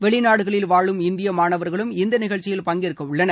வெளிநாடுகளில் வாழும் இந்திய மாணவர்களும் இந்த நிகழ்ச்சியில் பங்கேற்கவுள்ளனர்